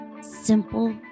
simple